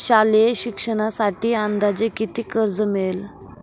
शालेय शिक्षणासाठी अंदाजे किती कर्ज मिळेल?